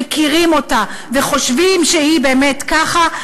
מכירים אותה וחושבים שהיא באמת ככה,